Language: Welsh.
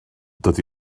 dydy